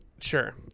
sure